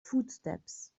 footsteps